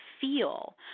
feel